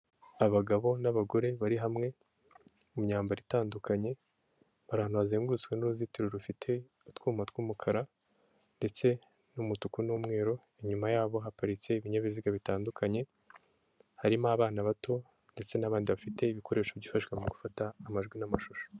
Abagabo n'abagore bari hamwe mu myambaro itandukanye bahazengurutswe n'uruzitiro rufite utwuma tw'umukara ndetse n'umutuku n'umweru, inyuma yabo haparitse ibinyabiziga bitandukanye harimo abana bato ndetse n'abandi bafite ibikoresho byifashshwa mu gufata amajwi n'amashusho.